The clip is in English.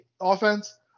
offense